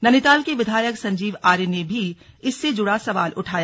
नैनीताल के विधायक संजीव आर्य ने भी इससे जुड़ा सवाल उठाया